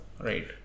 Right